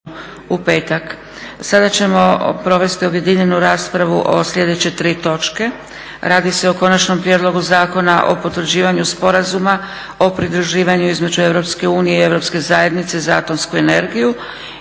(SDP)** Sada ćemo provesti objedinjenu raspravu o sljedeće tri točke. Radi se o - Konačni prijedlog zakona o potvrđivanju Sporazuma o pridruživanju između Europske unije